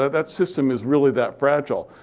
that system is really that fragile.